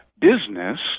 business